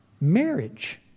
marriage